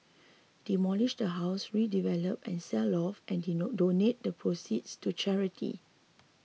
demolish the house redevelop and sell off and donate the proceeds to charity